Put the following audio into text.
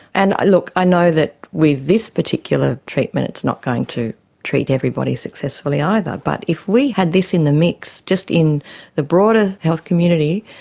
and look, i know that with this particular treatment it's not going to treat everybody successfully either, but if we had this in the mix, just in the broader health community,